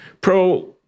pro-